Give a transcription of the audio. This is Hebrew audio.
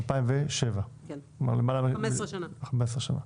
לפני 15 שנים.